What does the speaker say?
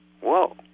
Whoa